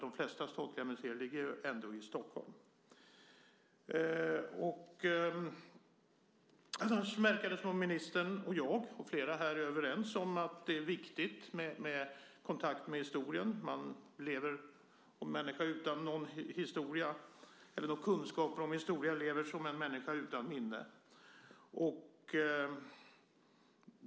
De flesta statliga museer ligger ändå i Stockholm. Det verkar som att ministern, jag och flera här är överens om att det är viktigt med kontakt med historien. En människa utan någon kunskap om historien lever som en människa utan minne.